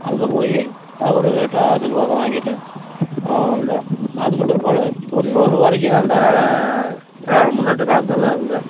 அங்கே போய் அவருகிட்டே ஆசீர்வாதம் வாங்கிட்டு வந்தோம் அதுக்கும் பிற்பாடு தொண்ணூறு வரைக்கும் அந்த திராவிட முன்னேற்றக் கழகத்துல தான் இருந்தேன்